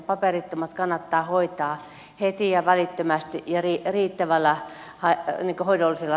paperittomat kannattaa hoitaa heti ja välittömästi ja riittävällä hoidollisella tasolla